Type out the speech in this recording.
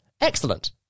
excellent